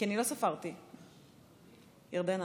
ירדנה?